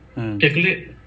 mm